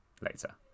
later